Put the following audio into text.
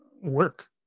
work